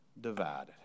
divided